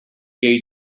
gei